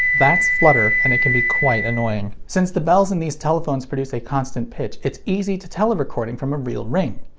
that's flutter, and it can be quite annoying. since the bells in these telephones produce a constant pitch, it's easy to tell a recording from a real ring.